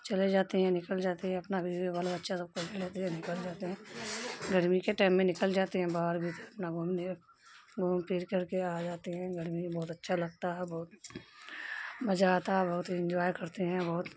چلے جاتے ہیں نکل جاتے ہیں اپنا بیوی بال بچہ سب کو لے لیتے ہیں نکل جاتے ہیں گرمی کے ٹائم میں نکل جاتے ہیں باہر بھیتر اپنا گھوم لیے گھوم پھر کر کے آ جاتے ہیں گرمی بہت اچھا لگتا ہے بہت مزہ آتا ہے بہت انجوائے کرتے ہیں بہت